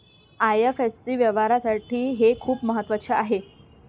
IFSC व्यवहारासाठी हे खूप महत्वाचे आहे